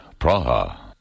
Praha